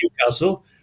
Newcastle